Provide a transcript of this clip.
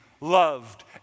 loved